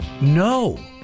No